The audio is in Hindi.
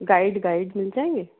गाइड गाइड मिल जाएँगे